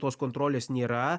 tos kontrolės nėra